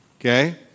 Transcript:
Okay